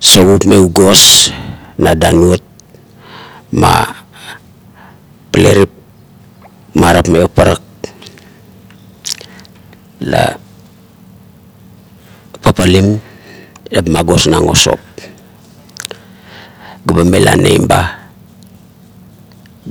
sopup me ugos na danuot ma palerip marap me parak la paplim eba magosnang o sop ga mela maim ba